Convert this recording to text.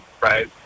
right